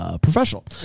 professional